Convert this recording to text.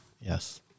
Yes